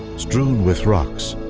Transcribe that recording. strewn with rocks,